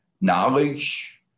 knowledge